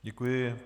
Děkuji.